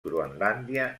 groenlàndia